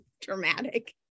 dramatic